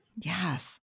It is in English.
Yes